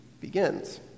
begins